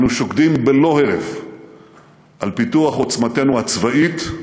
אנו שוקדים בלא הרף על פיתוח עוצמתנו הצבאית,